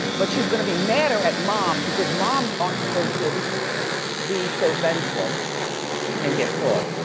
but she's gonna be madder at mom because moms aren't supposed to be so vengeful and get caught.